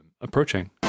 Approaching